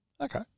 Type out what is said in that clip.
Okay